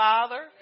Father